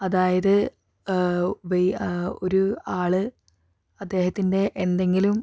അതായത് വേ ഒരു ആള് അദ്ദേഹത്തിൻ്റെ എന്തെങ്കിലും